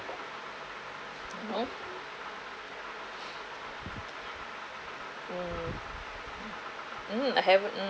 you know mm mmhmm I haven't mm